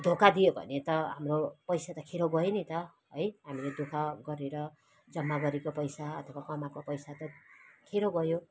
धोका दियो भने त हाम्रो पैसा त खेरो गयो नि त है हामीले दुखः गरेर जम्मा गरेको पैसा अथवा कमाएको पैसा त खेरो गयो